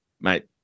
mate